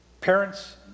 parents